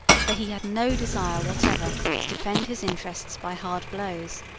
for he had no desire whatever to defend his interests by hard blows.